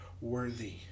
worthy